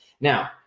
now